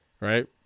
Right